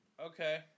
Okay